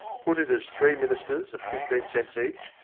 put it as three ministers at fifteen cents each,